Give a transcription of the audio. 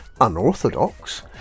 unorthodox